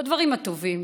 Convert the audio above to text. בדברים הטובים.